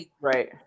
Right